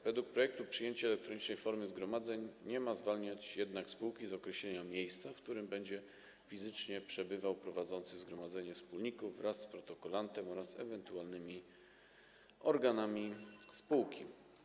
Według projektu przyjęcie elektronicznej formy zgromadzeń nie ma zwalniać jednak spółki z określenia miejsca, w którym będzie fizycznie przebywał prowadzący zgromadzenie wspólników wraz z protokolantem oraz ewentualnymi organami spółki.